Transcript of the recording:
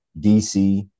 DC